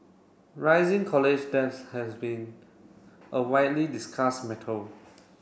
rising college debts has been a widely discussed